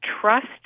Trust